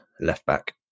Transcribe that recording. left-back